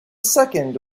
second